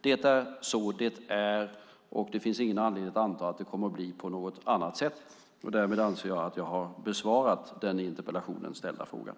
Det är så det är, och det finns ingen anledning att anta att det kommer att bli på något annat sätt. Därmed anser jag att jag har besvarat den i interpellationen ställda frågan.